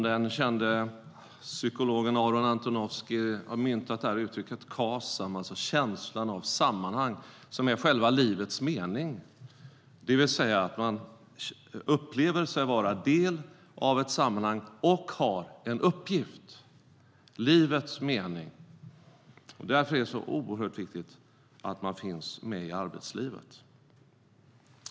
Den kände psykologen Aaron Antonovsky har myntat uttrycket kasam, känsla av sammanhang. Att uppleva sig vara del av ett sammanhang och ha en uppgift är livets mening. Därför är det så viktigt att finnas med i arbetslivet.